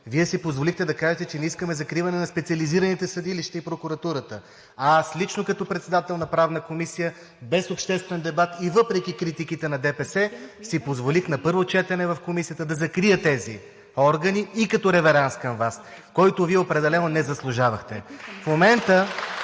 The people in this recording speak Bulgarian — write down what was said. Вие си позволихте да кажете, че не искаме закриване на специализираните съдилища и прокуратурата. Аз лично, като председател на Правната комисия, без обществен дебат и въпреки критиките на ДПС, си позволих на първо четене в Комисията да закрия тези органи и като реверанс към Вас, който Вие определено не заслужавахте. (Ръкопляскания